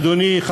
אדוני,